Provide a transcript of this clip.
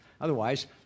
otherwise